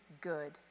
good